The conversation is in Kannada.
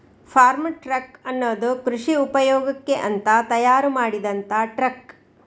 ಫಾರ್ಮ್ ಟ್ರಕ್ ಅನ್ನುದು ಕೃಷಿ ಉಪಯೋಗಕ್ಕೆ ಅಂತ ತಯಾರು ಮಾಡಿದಂತ ಟ್ರಕ್